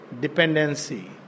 dependency